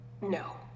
no